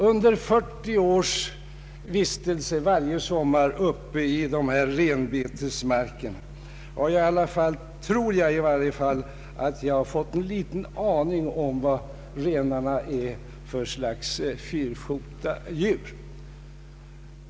Under 40 års sommarvistelse i dessa renbetesmarker har jag i varje fall fått litet hum om vad renarna är för slags fyrfota djur.